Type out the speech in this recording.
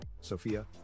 Sophia